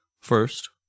First